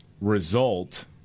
result